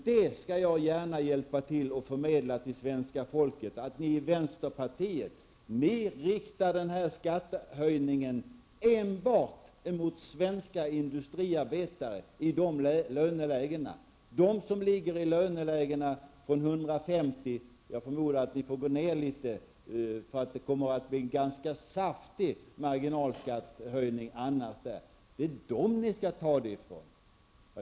Jag skall gärna hjälpa till att förmedla till svenska folket att ni i vänsterpartiet riktar den här skattehöjningen enbart emot svenska industriarbetare som ligger i lönelägen från 150 000 kr. -- jag förmodar att ni får gå ner litet, för annars blir det en ganska saftig höjning. Det är dessa industriarbetare som får betala.